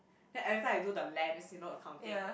then every time I do the lams you know Accounting